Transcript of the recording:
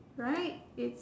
right it's